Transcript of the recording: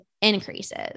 increases